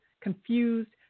confused